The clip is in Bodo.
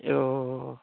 औ